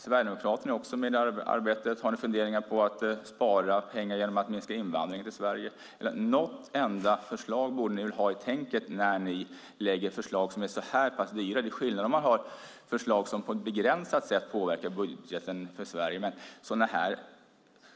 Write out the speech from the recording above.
Sverigedemokraterna är också med i arbetet. Har ni funderingar på att spara pengar genom att minska invandringen till Sverige? Något enda förslag borde ni väl ha i tänket när ni lägger fram förslag som är så här pass dyra. Det är skillnad om man har förslag som på ett begränsat sätt påverkar budgeten för Sverige. Men när det gäller sådana här